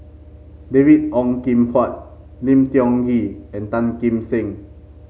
David Ong Kim Huat Lim Tiong Ghee and Tan Kim Seng